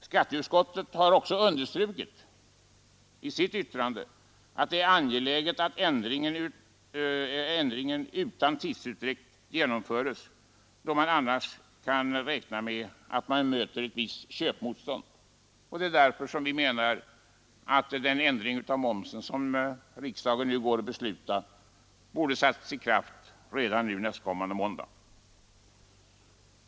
Skatteutskottet har också i sitt yttrande understrukit att det är angeläget att ändringar genomförs utan tidsutdräkt, då man annars kan räkna med att möta ett visst köpmotstånd. Vi menar också att den ändring av momsen som riksdagen nu går att fatta beslut om borde ha satts i kraft redan nästkommande måndag.